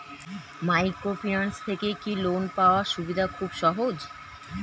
Microfinance থেকে কি loan পাওয়ার সুবিধা খুব সহজ?